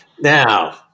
Now